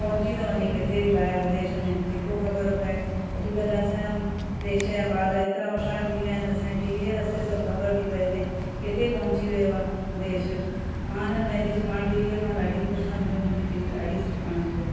पहुची थो वञे किथे बि ॿाहिरि विदेश में जेको ख़बर पए अॼुकल्ह असांजो देश या ॿार एतिरा होशियार थी विया आहिनि असांजे टीवीअ रस्ते सभु ख़बर थी पए भई किथे पहुची वियो आहे देश मां हिन पंहिंजी स्मार्ट टीवीअ मां ॾाढी ख़ुशि आहियां मूंखे मुंहिंजी टी वी ॾाढी वणंदी आहे